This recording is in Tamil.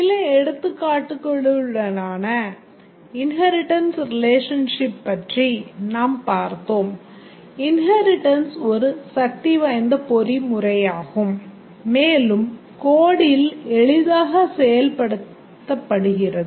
சில எடுத்துக்காட்டுகளுடனான inheritance relationship பற்றி நாம் பார்த்தோம் Inheritance ஒரு சக்திவாய்ந்த பொறிமுறையாகும் மேலும் codeல் எளிதாக செயல்படுத்தப்படுகிறது